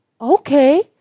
Okay